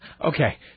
Okay